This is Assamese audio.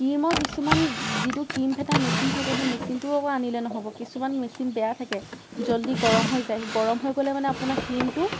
ক্ৰিমো কিছুমান যিটো ক্ৰিম ফেটা মেচিন থাকে সেই মাচিনটোও আকৌ আনিলে নহ'ব কিছুমান মেচিন বেয়া থাকে জল্দি গৰম হৈ যায় গৰম হৈ গ'লে মানে আপোনাৰ ক্ৰিমটো